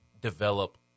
develop